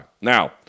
Now